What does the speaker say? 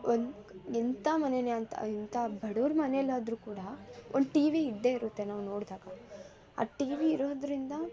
ಒಂದು ಎಂತ ಮನೇಲಿ ಅಂತ ಎಂತ ಬಡ್ವರ ಮನೆಯಲ್ಲಾದ್ರು ಕೂಡ ಒಂದು ಟಿವಿ ಇದ್ದೇ ಇರುತ್ತೆ ನಾವು ನೋಡಿದಾಗ ಆ ಟಿವಿ ಇರೋದರಿಂದ